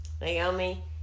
Naomi